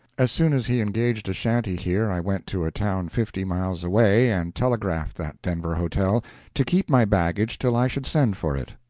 as soon as he engaged a shanty here i went to a town fifty miles away and telegraphed that denver hotel to keep my baggage till i should send for it.